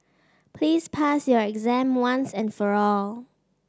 please pass your exam once and for all